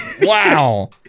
Wow